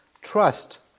trust